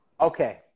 Okay